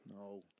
No